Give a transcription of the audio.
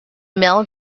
mill